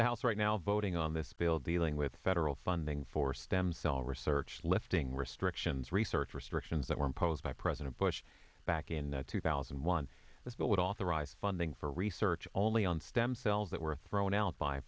the house right now voting on this bill dealing with federal funding for stem cell research lifting restrictions research restrictions that were imposed by president bush back in two thousand and one this bill would authorize funding for research only on stem cells that were thrown out by